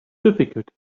difficult